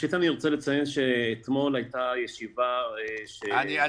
אני רוצה לציין שאתמול הייתה ישיבה ש --- מוטי,